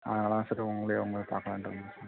அதனால் தான் சார் உங்களை உங்களை பார்க்கலான்ட்டு வந்தேன் சார்